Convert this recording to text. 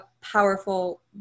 powerful